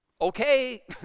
okay